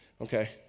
Okay